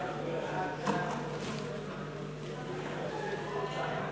סעיף 1 נתקבל.